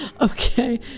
Okay